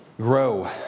grow